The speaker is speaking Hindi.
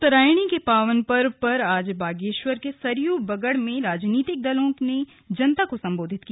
उत्तरायणी के पावन पर्व पर आज बागेश्वर के सरयू बगड़ में राजनीतिक दलों ने जनता को संबोधित किया